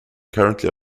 currently